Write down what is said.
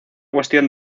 cuestión